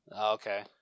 Okay